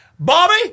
Bobby